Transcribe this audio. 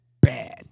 bad